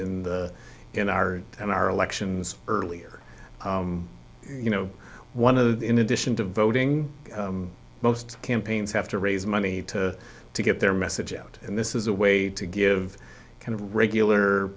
in the in our in our elections earlier you know one of the in addition to voting most campaigns have to raise money to to get their message out and this is a way to give kind of regular